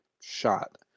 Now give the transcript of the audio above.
shot